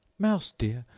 mouse dear!